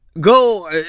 go